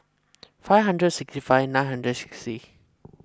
five hundred sixty five nine hundred sixty